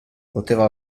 poteva